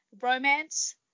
romance